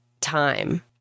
time